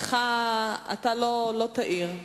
אתה לא תעיר?